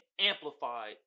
amplified